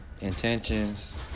intentions